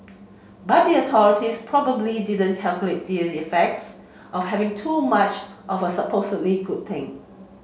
but the authorities probably didn't calculate the effects of having too much of a supposedly good thing